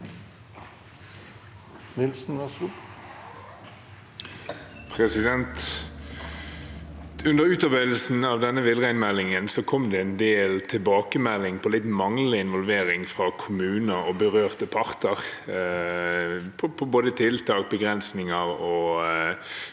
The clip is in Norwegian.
Under utar- beidelsen av denne villreinmeldingen kom det en del tilbakemeldinger om litt manglende involvering fra kommuner og berørte parter, med tanke på både tiltak, begrensninger og